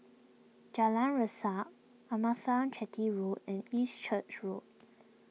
Jalan Resak Amasalam Chetty Road and East Church Road